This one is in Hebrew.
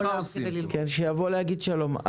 שיבוא להגיד שלום.